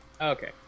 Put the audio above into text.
Okay